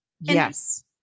Yes